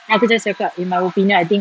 then aku just cakap in my opinion I think